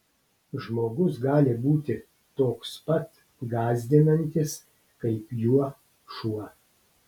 žmogus gali būti toks pats gąsdinantis kaip juo šuo